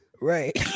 Right